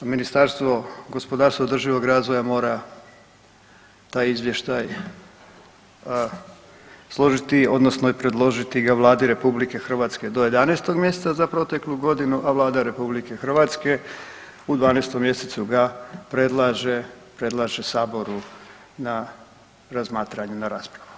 Ministarstvo gospodarstva i održivog razvoja mora taj izvještaj složiti odnosno i predložiti ga Vladi RH do 11. mjeseca za proteklu godinu, a Vlada RH u 12. mjesecu ga predlaže, predlaže saboru na razmatranje na raspravu.